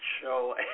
show